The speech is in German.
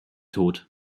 tod